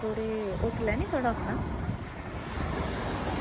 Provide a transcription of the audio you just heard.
जेह्ड़े होटल ऐ ना थुआढ़ा अपना